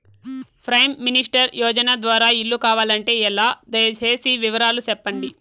Prime minister యోజన ద్వారా ఇల్లు కావాలంటే ఎలా? దయ సేసి వివరాలు సెప్పండి?